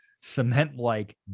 cement-like